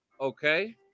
Okay